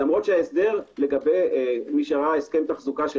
למרות שההסדר לגבי- -- הסכם תחזוקה של